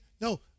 No